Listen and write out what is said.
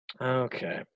okay